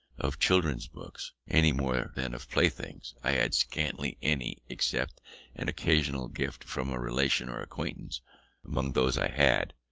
of children's books, any more than of playthings, i had scarcely any, except an occasional gift from a relation or acquaintance among those i had,